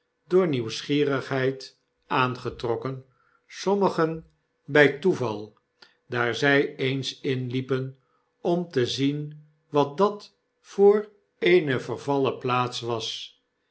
opzet doornieuvvsgierigheid aangetrokken sommigen bjj toeval daar zij eens inliepen om te zien wat dat voor eenevervallen plaats was